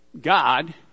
God